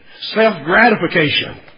self-gratification